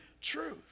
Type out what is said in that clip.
truth